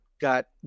got